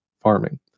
farming